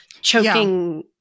choking